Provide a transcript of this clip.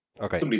Okay